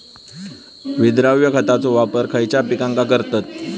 विद्राव्य खताचो वापर खयच्या पिकांका करतत?